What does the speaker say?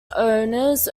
owners